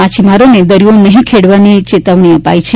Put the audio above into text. માછીમારોને દરિયા નહી ખેડવાની ચેતવણી આપી છે